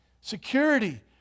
security